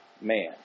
man